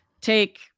take